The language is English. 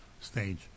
stage